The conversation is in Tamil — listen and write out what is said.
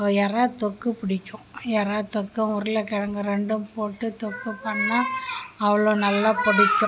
எறா தொக்கு பிடிக்கும் எறா தொக்கும் உருளைக்கிழங்கு ரெண்டும் போட்டு தொக்கு பண்ணால் அவ்வளோ நல்லா பிடிக்கும்